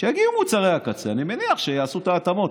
אני מניח שכשיגיעו מוצרי הקצה יעשו את ההתאמות,